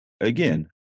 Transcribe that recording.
again